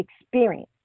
experience